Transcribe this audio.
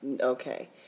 okay